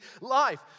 life